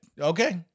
Okay